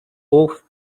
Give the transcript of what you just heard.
off